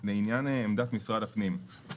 לעניין עמדת משרד הפנים,